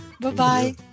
bye-bye